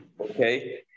okay